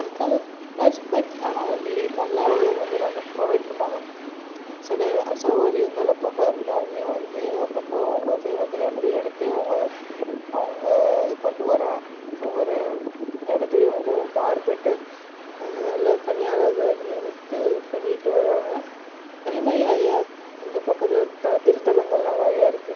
இருக்காது plus but ஆனால் வந்து எ நல்லாவே வந்து நல்லா ப்ரொவைட் பண்ணுவாங்க சில அசௌகரியங்கள் அப்பப்போ இருந்தாலும் வந்து அப்பப்போ அவங்க அதே வந்து ரெமிடி எடுத்து அவங்கள அவங்க கொண்டு வரா ஒவ்வொரு இடத்துலியும் வந்து மாறுபட்டு நல்ல பணியாளர்கள் நியமித்து பண்ணியிட்டு வராங்க அதே மாரி நிறையா இங்கே பக்கத்தில் த திருத்தலங்கள்லாம் நிறையா இருக்குது